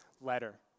letter